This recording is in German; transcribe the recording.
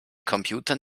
computern